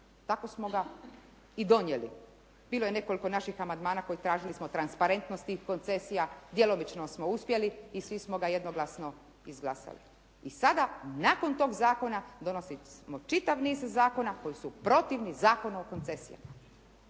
Tako smo ga i donijeli. Bilo je nekoliko naših amandmana koji tražili smo transparentnosti i koncesija, djelomično smo uspjeli i svi smo ga jednoglasno izglasali. I sada nakon tog zakona donosimo čitav niz zakona koji su protivni Zakonu o koncesijama.